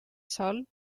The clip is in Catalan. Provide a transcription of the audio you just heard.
sol